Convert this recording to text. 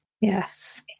Yes